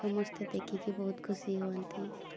ସମସ୍ତେ ଦେଖିକି ବହୁତ ଖୁସି ହୁଅନ୍ତି